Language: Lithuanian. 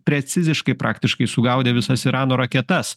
preciziškai praktiškai sugaudė visas irano raketas